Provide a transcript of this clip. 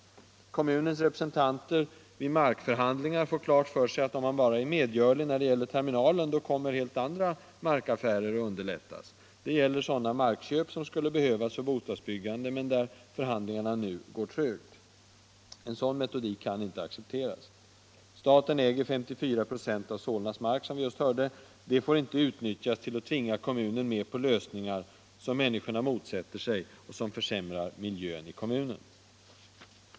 Kommunens representanter vid markförhandlingar har fått den uppfattningen att om man bara är medgörlig när det gäller terminalen, så kommer också andra markaffärer att underlättas. Detta gäller t.ex. sådana markköp som skulle behöva göras för bostadsbyggande men där förhandlingarna nu går trögt. Sådana metoder kan inte accepteras. Som vi nyss hörde äger staten 54 96 av Solnas mark,. Det får inte utnyttjas för att tvinga kommunen att gå med på lösningar som människorna motsätter sig och som försämrar miljön i kommunen.